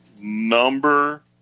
Number